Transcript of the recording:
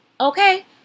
Okay